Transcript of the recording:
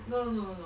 no no no no no